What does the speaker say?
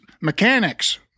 mechanics